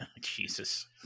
Jesus